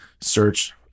search